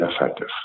effective